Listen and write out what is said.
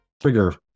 Trigger